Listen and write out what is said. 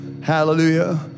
hallelujah